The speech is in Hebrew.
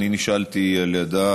אני נשאלתי על ידה